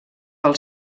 pel